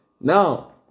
now